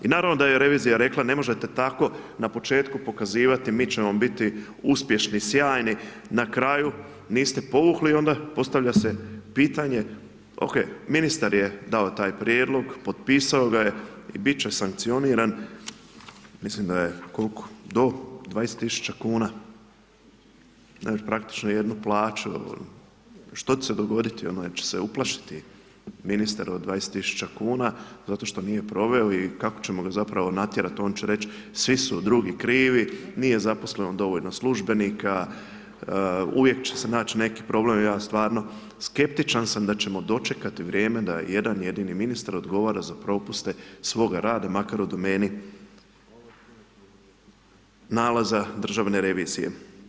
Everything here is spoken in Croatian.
I naravno da je revizija rekla, ne možete tako, na početku pokazivati, mi ćemo biti uspješni, sjajni, na kraju niste povukli onda, postavlja se pitanje, oke, ministar je dao taj prijedlog, potpisao ga je i bit će sankcioniran, mislim da je, koliko, do 20 tisuća kuna, ne, praktično jednu plaću, što će se dogoditi, ono, hoće se uplašiti ministar od 20 tisuća kuna zato što nije proveo i kako ćemo ga zapravo natjerati, on će reći svi su drugi krivi, nije zaposleno dovoljno službenika, uvijek će se naći neki problem, ja stvarno, skeptičan sam da ćemo dočekati vrijeme da jedan jedini ministar odgovara za propuste svog rada, makar u domeni nalaza Državne revizije.